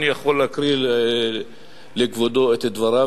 אני יכול להקריא לכבודו את דבריו,